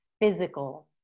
physical